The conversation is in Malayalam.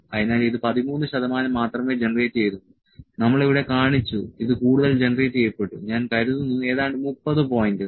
അതിനാൽ ഇത് 13 ശതമാനം മാത്രമേ ജനറേറ്റ് ചെയ്തുള്ളൂ നമ്മൾ ഇവിടെ കാണിച്ചു ഇത് കൂടുതൽ ജനറേറ്റ് ചെയ്യപ്പെട്ടു ഞാൻ കരുതുന്നു ഏതാണ്ട് 30 പോയിന്റുകൾ